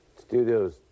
Studio's